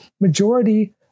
majority